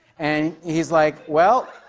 and he's like, well,